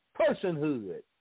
personhood